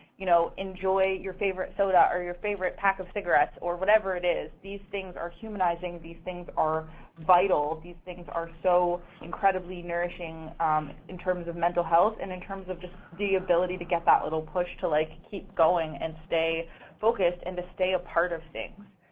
you know, enjoy your favorite soda or your favorite pack of cigarettes or whatever it is. these things are humanizing. these things are vital. these things are so incredibly nourishing in terms of mental health and in terms of just the ability to get that little push to, like, keep going and stay focused and to stay a part of things.